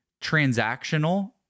transactional